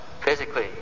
physically